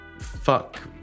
fuck